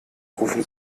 rufen